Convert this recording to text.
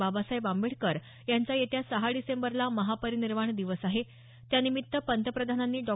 बाबासाहेब आंबेडकर यांचा येत्या सहा डिसेंबरला महापरिनिर्वाण दिवस आहे त्यानिमित्त पंतप्रधानांनी डॉ